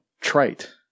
trite